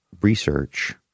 research